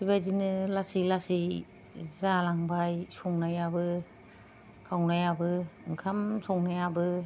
बेबादिनो लासै लासै जालांबाय संनायाबो खावनायाबो ओंखाम संनायाबो